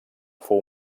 fou